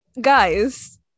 guys